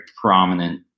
prominent